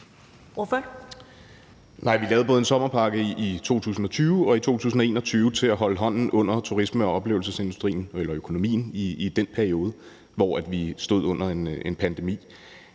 vi lavede både en sommerpakke i 2020 og i 2021 til at holde hånden under turisme- og oplevelsesøkonomien i den periode, hvor vi stod i en pandemi.